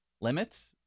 Limits